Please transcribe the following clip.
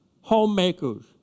homemakers